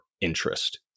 interest